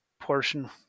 portion